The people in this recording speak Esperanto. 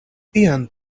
ian